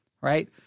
Right